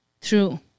true